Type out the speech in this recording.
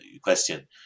question